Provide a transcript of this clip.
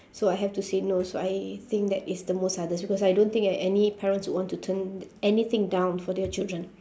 so I have to say no so I think that is the most hardest because I don't think a~ any parents will want to turn anything down for their children